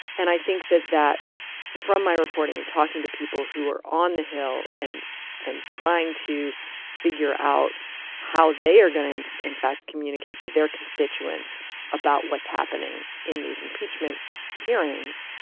and i think that that from my reporting and talking to people who are on the hill and and trying to figure out how they are going to, in in fact, communicate to their constituents about what's happening in these impeachment hearings,